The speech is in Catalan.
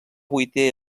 vuitè